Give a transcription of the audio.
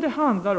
Det handlar